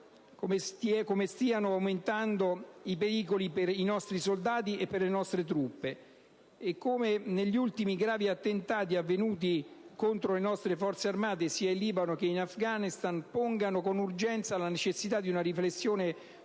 come stiano aumentando i pericoli per i nostri soldati e per le nostre truppe e come gli ultimi gravi attentati avvenuti contro le nostre Forze armate, sia in Libano che in Afghanistan, pongano con urgenza la necessità di una riflessione